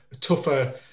tougher